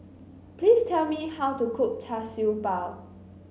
please tell me how to cook Char Siew Bao